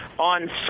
On